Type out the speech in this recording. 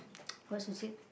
what she said